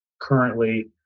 currently